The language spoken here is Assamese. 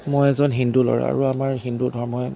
মই এজন হিন্দু ল'ৰা আৰু আমাৰ হিন্দু ধৰ্মই